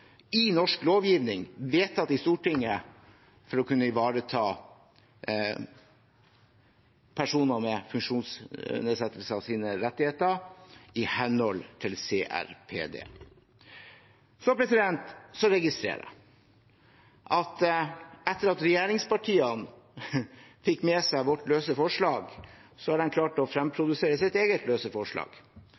i norsk lovgivning, vedtatt i Stortinget, for å kunne ivareta rettighetene til personer med funksjonsnedsettelser, i henhold til CRPD. Jeg registrerer at etter at regjeringspartiene fikk med seg vårt løse forslag, har de klart å fremprodusere sitt eget løse forslag.